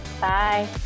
Bye